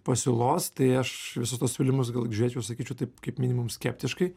pasiūlos tai aš į visus tuos siūlymus gal žiūrėčiau sakyčiau taip kaip minimum skeptiškai